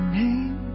name